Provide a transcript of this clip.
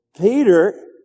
Peter